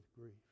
grief